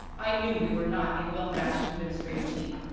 i knew we were not a well-matched administrative team.